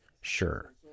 Sure